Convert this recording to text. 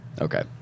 okay